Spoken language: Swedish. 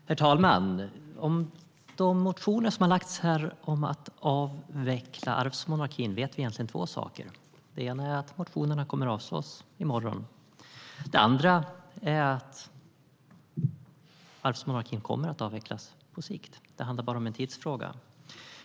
Herr talman! Om de motioner som har lagts om att avveckla arvsmonarkin vet vi egentligen två saker. Det ena är en motionerna kommer att avslås i morgon. Det andra är att arvsmonarkin kommer att avvecklas på sikt - det är bara en tidsfråga.